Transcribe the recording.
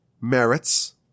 Merits